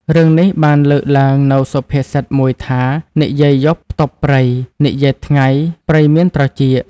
រឿងនេះបានលើកឡើងនូវសុភាសិតមួយថា "និយាយយប់ផ្ទប់ព្រៃ និយាយថ្ងៃព្រៃមានត្រចៀក"។